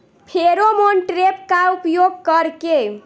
Pheromone trap का उपयोग कर के?